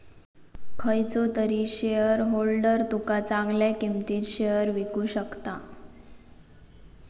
खयचो तरी शेयरहोल्डर तुका चांगल्या किंमतीत शेयर विकु शकता